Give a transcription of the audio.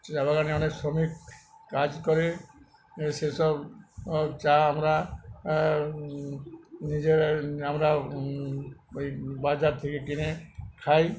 চা বাগানে অনেক শ্রমিক কাজ করে সেসব চা আমরা নিজেরা আমরা ওই বাজার থেকে কিনে খাই